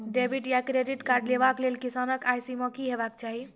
Debit या credit card लेवाक लेल किसानक आय सीमा की हेवाक चाही?